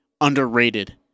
underrated